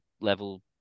level